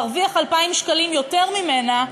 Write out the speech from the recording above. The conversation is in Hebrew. מרוויח 2,000 שקלים יותר ממנה,